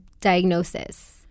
diagnosis